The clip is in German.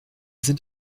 sind